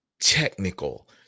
technical